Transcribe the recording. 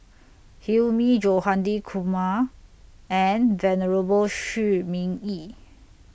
Hilmi Johandi Kumar and Venerable Shi Ming Yi